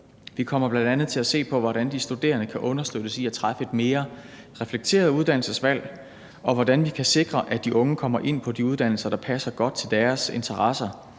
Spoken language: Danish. Vi kommer bl.a. til at se på, hvordan de studerende kan understøttes i at træffe et mere reflekteret uddannelsesvalg, og hvordan vi kan sikre, at de unge kommer ind på de uddannelser, der passer godt til deres interesser